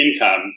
Income